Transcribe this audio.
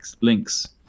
links